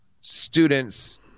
students